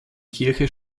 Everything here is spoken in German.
kirche